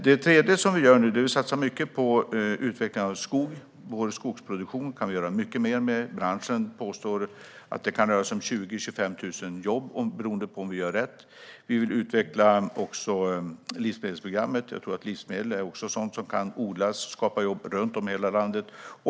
Det tredje vi gör är att satsa mycket på utveckling av skog. Vi kan göra mycket mer med vår skogsproduktion. Branschen påstår att det kan röra sig om 20 000-25 000 jobb beroende på om vi gör rätt. Vi vill också utveckla livsmedelsprogrammet. Jag tror att livsmedel också är sådant som kan odlas och skapa jobb runt om i hela landet.